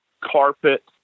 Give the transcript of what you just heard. carpet